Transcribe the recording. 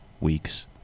weeks